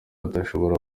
atashobora